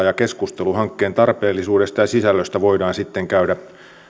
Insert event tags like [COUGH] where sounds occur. [UNINTELLIGIBLE] ja keskustelu hankkeen tarpeellisuudesta ja sisällöstä voidaan sitten käydä